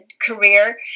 career